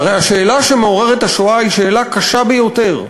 שהרי השאלה שהשואה מעוררת היא שאלה קשה ביותר: